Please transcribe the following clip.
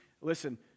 listen